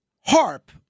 HARP